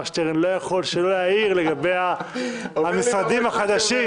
שטרן לא יכול שלא להעיר לגבי המשרדים החדשים.